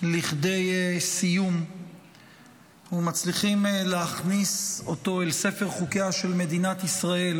לכדי סיום ומצליחים להכניס אותו אל ספר חוקיה של מדינת ישראל,